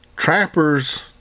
Trappers